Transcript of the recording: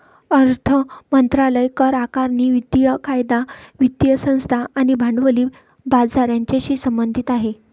अर्थ मंत्रालय करआकारणी, वित्तीय कायदा, वित्तीय संस्था आणि भांडवली बाजार यांच्याशी संबंधित आहे